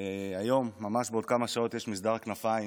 היום, ממש בעוד כמה שעות, יש מסדר כנפיים